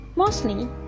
Mostly